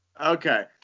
Okay